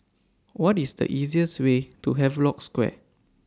What IS The easiest Way to Havelock Square